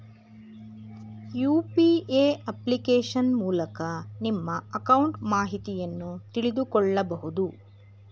UPA application ಮೂಲಕ ನಿಮ್ಮ account ಮಾಹಿತಿಯನ್ನು ತಿಳಿದುಕೊಳ್ಳಬಹುದು